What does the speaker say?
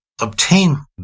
obtain